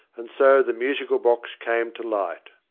and so the musical box came to light.